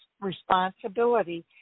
responsibility